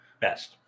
best